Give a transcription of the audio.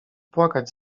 płakać